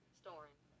storing